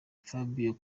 fabio